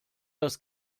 das